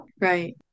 Right